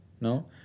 no